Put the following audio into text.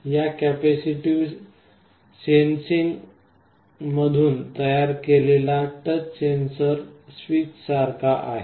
या कॅपेसिटिव्ह सेन्सिंगमधून तयार केलेला टच सेन्सर स्विचसारखेच आहे